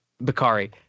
bakari